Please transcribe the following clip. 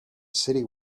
city